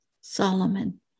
Solomon